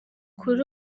kuri